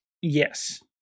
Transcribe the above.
Yes